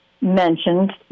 mentioned